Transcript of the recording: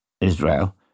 Israel